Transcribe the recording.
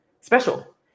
special